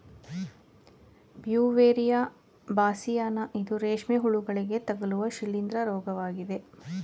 Beauveria bassiana ಇದು ರೇಷ್ಮೆ ಹುಳುಗಳಿಗೆ ತಗಲುವ ಶಿಲೀಂದ್ರ ರೋಗವಾಗಿದೆ